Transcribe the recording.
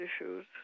issues